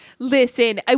Listen